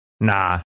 Nah